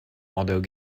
although